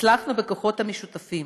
שהצלחנו בכוחות משותפים